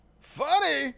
funny